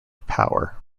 power